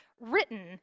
written